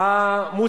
אמר